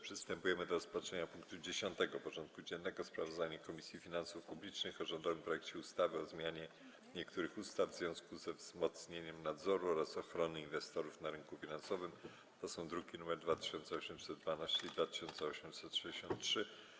Przystępujemy do rozpatrzenia punktu 10. porządku dziennego: Sprawozdanie Komisji Finansów Publicznych o rządowym projekcie ustawy o zmianie niektórych ustaw w związku ze wzmocnieniem nadzoru oraz ochrony inwestorów na rynku finansowym (druki nr 2812 i 2863)